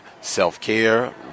self-care